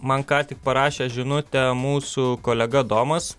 man ką tik parašė žinutę mūsų kolega domas